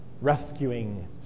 rescuing